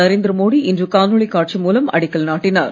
நரேந்திர மோடி இன்று காணொளி காட்சி மூலம் அடிக்கல் நாட்டினார்